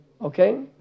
Okay